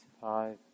five